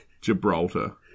Gibraltar